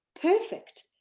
perfect